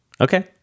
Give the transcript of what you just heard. Okay